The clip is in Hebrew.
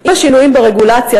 עם השינויים ברגולציה,